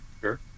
sure